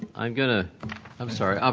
i'm going to i'm sorry,